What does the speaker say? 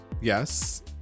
Yes